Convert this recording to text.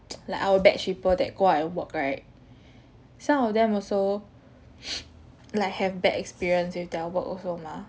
like our batch people that go out and work right some of them also like have bad experience with their work also mah